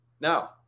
Now